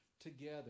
together